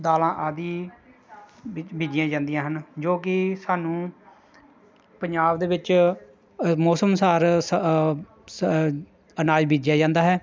ਦਾਲਾਂ ਆਦਿ ਬੀ ਬੀਜੀਆਂ ਜਾਂਦੀਆਂ ਹਨ ਜੋ ਕਿ ਸਾਨੂੰ ਪੰਜਾਬ ਦੇ ਵਿੱਚ ਮੌਸਮ ਅਨੁਸਰ ਅਨਾਜ ਬੀਜਿਆ ਜਾਂਦਾ ਹੈ